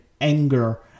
anger